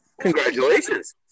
Congratulations